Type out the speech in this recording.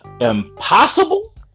impossible